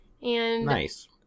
Nice